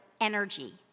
energy